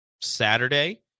saturday